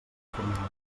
formulació